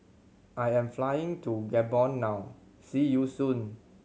I am flying to Gabon now see you soon